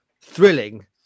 thrilling